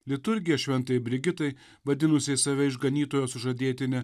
liturgija šventajai brigitai vadinusiai save išganytojo sužadėtine